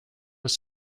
was